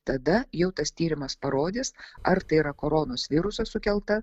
tada jau tas tyrimas parodys ar tai yra koronos viruso sukelta